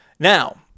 Now